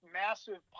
massive